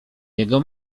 jego